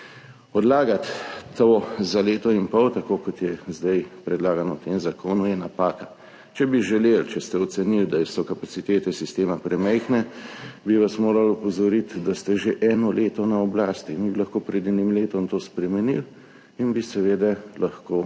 Odlagati to za leto in pol, tako kot je zdaj predlagano v tem zakonu, je napaka. Če bi želeli, če ste ocenili, da so kapacitete sistema premajhne, bi vas morali opozoriti, da ste že eno leto na oblasti. Mi bi lahko pred enim letom to spremenili in bi seveda lahko